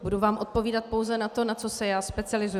Budu vám odpovídat pouze na to, na co se já specializuji.